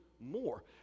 More